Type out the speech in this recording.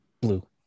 blue